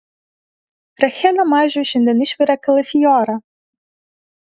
rachelė mažiui šiandien išvirė kalafiorą